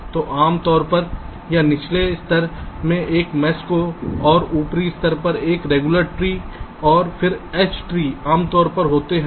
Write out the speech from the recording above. तो हम आम तौर पर निचले स्तर में एक मैश और ऊपरी स्तर पर एक रेगुलर ट्री और फिर H ट्री आमतौर पर होते हैं